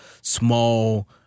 small